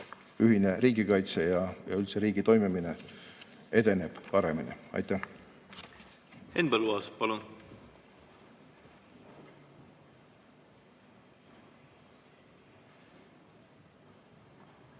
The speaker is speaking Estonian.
ühine riigikaitse ja üldse riigi toimimine edeneb paremini. Aitäh! Henn Põlluaas, palun!